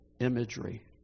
imagery